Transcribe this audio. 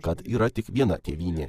kad yra tik viena tėvynė